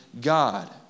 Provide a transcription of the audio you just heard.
God